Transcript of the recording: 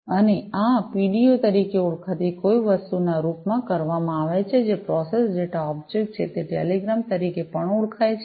અને આ પીડીઓ તરીકે ઓળખાતી કોઈ વસ્તુના રૂપમાં કરવામાં આવે છે જે પ્રોસેસ ડેટા ઑબ્જેક્ટ છે તે ટેલિગ્રામ તરીકે પણ ઓળખાય છે